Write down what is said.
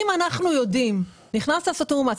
אם נכנסת לעשות תיאום מס,